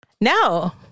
No